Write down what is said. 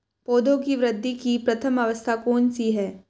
पौधों की वृद्धि की प्रथम अवस्था कौन सी है?